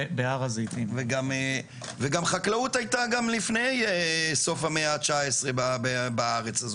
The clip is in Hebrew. וגם חקלאות היתה גם לפני סוף המאה התשע עשרה בארץ.